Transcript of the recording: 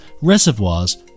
reservoirs